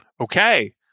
Okay